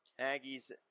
Aggies